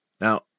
Now